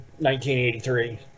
1983